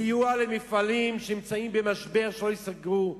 סיוע למפעלים שנמצאים במשבר כדי שלא ייסגרו,